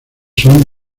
son